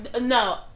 no